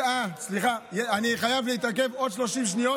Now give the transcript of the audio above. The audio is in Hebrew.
סליחה, אני חייב להתעכב עוד 30 שניות.